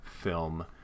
film